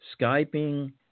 Skyping